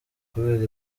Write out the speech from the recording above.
kubera